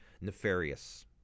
nefarious